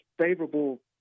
favorable